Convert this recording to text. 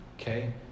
okay